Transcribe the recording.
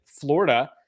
Florida